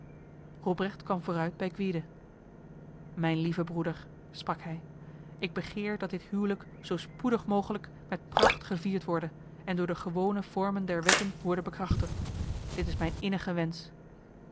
robrecht kwam vooruit bij gwyde mijn lieve broeder sprak hij ik begeer dat dit huwelijk zo spoedig mogelijk met pracht gevierd worde en door de gewone vormen der wetten worde bekrachtigd dit is mijn innige wens